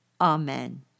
Amen